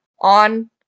on